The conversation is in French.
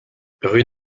rue